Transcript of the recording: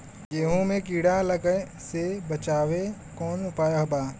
गेहूँ मे कीड़ा लागे से बचावेला कौन उपाय बा?